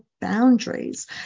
boundaries